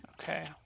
Okay